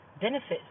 benefits